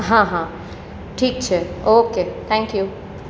હા હા ઠીક છે ઓકે થેન્ક યુ